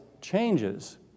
changes